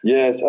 Yes